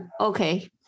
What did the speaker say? okay